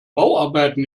bauarbeiten